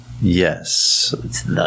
Yes